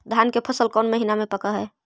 धान के फसल कौन महिना मे पक हैं?